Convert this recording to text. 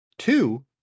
Two